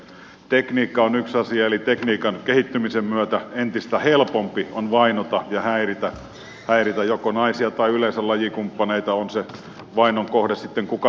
tekniikka on yksi asia eli tekniikan kehittymisen myötä on entistä helpompi vainota ja häiritä joko naisia tai yleensä lajikumppaneita on se vainon kohde sitten kuka tahansa